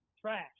trash